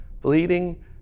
bleeding